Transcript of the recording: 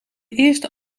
eerste